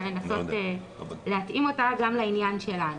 ולנסות להתאים אותה גם לעניין שלנו.